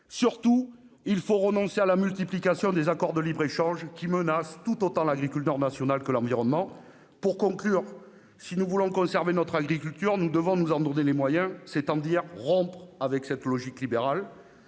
Surtout, il faut renoncer à la multiplication des accords de libre-échange, qui menacent tout autant l'agriculture nationale que l'environnement. Si nous voulons conserver notre agriculture, nous devons nous en donner les moyens, c'est-à-dire rompre avec la logique libérale.